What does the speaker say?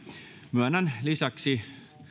myönnän lisäksi